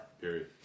Period